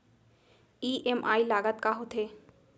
EMI लागत का होथे?